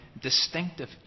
distinctive